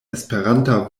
esperanta